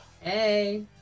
Hey